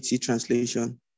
translation